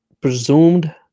presumed